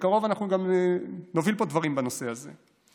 בקרוב אנחנו גם נוביל דברים פה בנושא הזה.